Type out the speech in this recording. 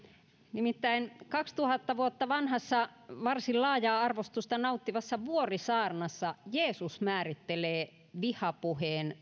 nimittäin kaksituhatta vuotta vanhassa varsin laajaa arvostusta nauttivassa vuorisaarnassa jeesus määrittelee vihapuheen